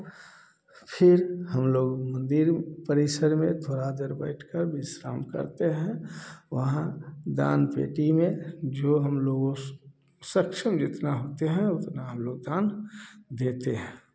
फिर हम लोग मंदिर परिशर में थोड़ा देर बैठकर विश्राम करते हैं वहाँ दान पेटी में जो हम लोग सक्षम जितना होते हैं उतना हम लोग दान देते हैं